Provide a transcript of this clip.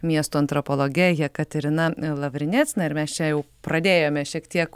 miesto antropologe jekaterina lavrinec na ir mes čia jau pradėjome šiek tiek